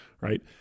right